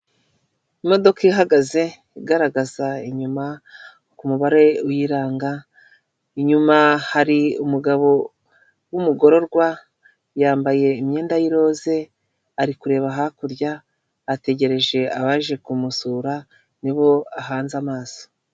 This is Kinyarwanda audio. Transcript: Imodoka ihagaze igaragaza inyuma ku mubare wiranga inyuma hari umugabo w'umugororwa yambaye imyenda y'iroze ari kureba hakurya ategereje abaje kumusura nibo ahanze amaso.